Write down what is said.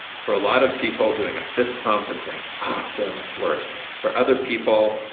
for a lot of people, doing a fist pump and saying, awesome, works. for other people,